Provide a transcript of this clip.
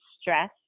stress